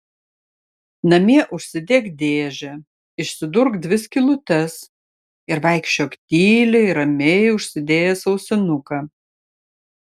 namie užsidėk dėžę išsidurk dvi skylutes ir vaikščiok tyliai ramiai užsidėjęs ausinuką